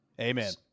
Amen